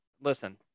listen